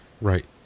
Right